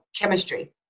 Chemistry